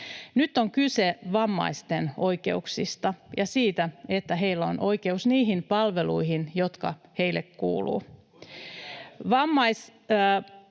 Nyt on kyse vammaisten oikeuksista ja siitä, että heillä on oikeus niihin palveluihin, jotka heille kuuluvat.